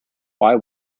why